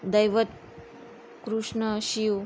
दैवत कृष्ण शिव